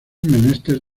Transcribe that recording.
menester